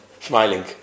smiling